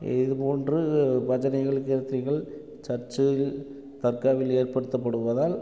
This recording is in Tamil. இது போன்று பஜனைகள் கீர்த்தனைகள் சர்ச்சில் தர்காவில் ஏற்படுத்தப்படுவதால்